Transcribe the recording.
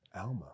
Alma